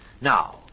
Now